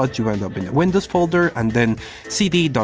but you end up in the windows folder and then cd.